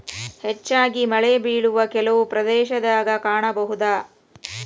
ಹೆಚ್ಚಾಗಿ ಮಳೆಬಿಳುವ ಕೆಲವು ಪ್ರದೇಶದಾಗ ಕಾಣಬಹುದ